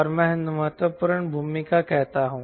और मैं महत्वपूर्ण भूमिका कहता हूं